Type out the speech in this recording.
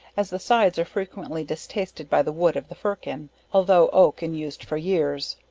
as the sides are frequently distasted by the wood of the firkin altho' oak and used for years.